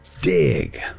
dig